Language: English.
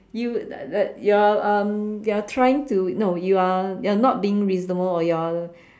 you uh you're um you're trying to no you're you're not being reasonable or you're